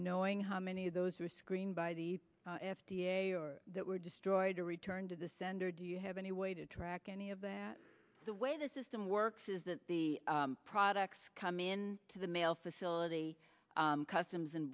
knowing how many of those were screened by the f d a or that were destroyed to return to the sender do you have any way to track any of that the way the system works is that the products come in to the mail felicity customs and